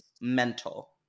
mental